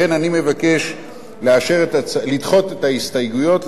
לכן אני מבקש לדחות את ההסתייגויות,